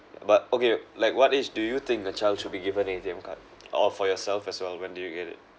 but okay like what age do you think the child should be given an A_T_M card or for yourself as well when did you get it